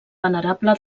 venerable